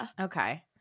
Okay